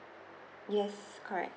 yes correct